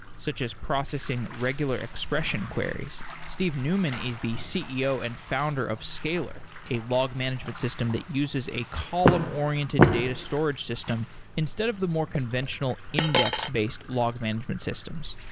such as processing regular expression queries. steve newman is the ceo and founder of scalyr, a log management system that uses a column-oriented data storage system instead of the more conventional index-based log management systems.